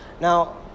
Now